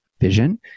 vision